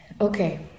Okay